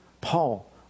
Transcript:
Paul